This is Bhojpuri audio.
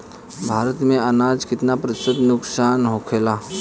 भारत में अनाज कितना प्रतिशत नुकसान होखेला?